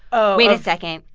oh wait a second.